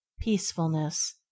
peacefulness